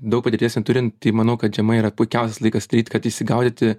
daug patirties neturint tai manau kad žiema yra puikiausias laikas kad įsigaudyti